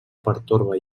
pertorba